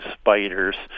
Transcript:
spiders